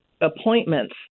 appointments